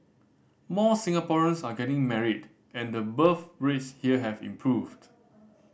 more Singaporeans are getting married and the birth rates here have improved